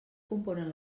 componen